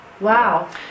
Wow